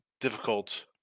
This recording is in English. difficult